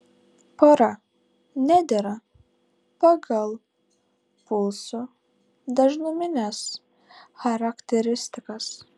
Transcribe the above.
pora nedera pagal pulsų dažnumines charakteristikas